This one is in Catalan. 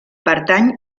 pertany